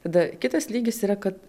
tada kitas lygis yra kad